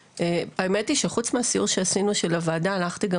האמת היא שחוץ מהסיור שעשינו של הוועדה הלכתי גם